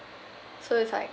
so it's like